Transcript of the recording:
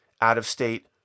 out-of-state